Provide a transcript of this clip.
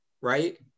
right